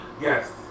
Yes